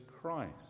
Christ